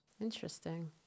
Interesting